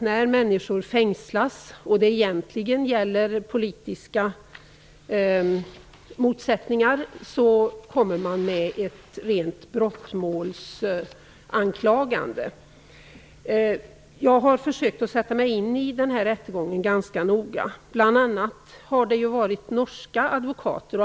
När människor fängslas, egentligen på grund av politiska motsättningar, blir det fråga om ett rent brottmål. Jag har försökt att noga sätta mig in i rättegångsförfarandet. Bl.a. har det närvarit norska advokater.